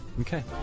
Okay